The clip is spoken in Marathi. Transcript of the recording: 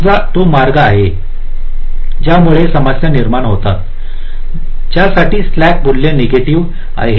समजा हा तो मार्ग आहे ज्यामुळे समस्या निर्माण होत आहे ज्यासाठी स्लॅक मूल्य नेगेटीव्ह आहे